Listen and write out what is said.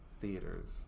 theaters